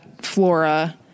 flora